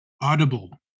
audible